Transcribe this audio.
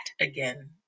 again